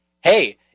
Hey